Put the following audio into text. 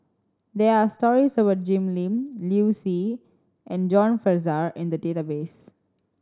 there are stories about Jim Lim Liu Si and John Fraser in the database